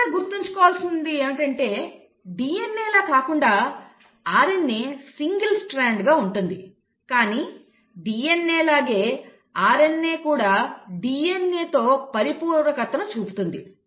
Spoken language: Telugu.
ఇక్కడ గుర్తుంచుకోవలసినది ఏమిటంటే DNA లా కాకుండా RNA సింగిల్ స్ట్రాండ్గా ఉంటుంది కానీ DNA లాగే RNA కూడా DNAతో పరిపూరకతను చూపుతుంది